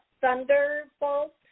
thunderbolt